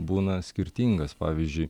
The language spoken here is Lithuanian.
būna skirtingas pavyzdžiui